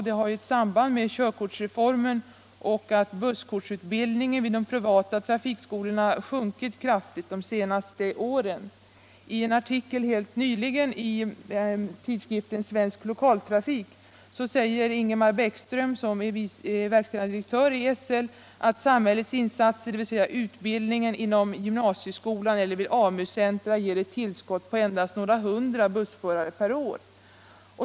Det har ett samband med körkortsreformen och att busskortsutbildningen vid de privata trafikskolorna har sjunkit kraftigt de senaste åren. I en artikel helt nyligen i tidskriften Svensk lokaltrafik säger Ingemar Bäckström, som är verkställande direktör i SL, att samhällets insatser, dvs. utbildningen inom gymnasieskolan eller vid AMU-centra, ger ett tillskott på endast några hundra bussförare per år.